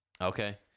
Okay